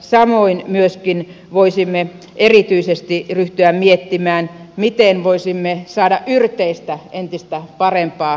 samoin myöskin voisimme erityisesti ryhtyä miettimään miten voisimme saada yrteistä entistä paremman vientituotteen